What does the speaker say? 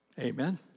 Amen